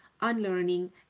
unlearning